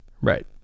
right